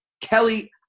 Kelly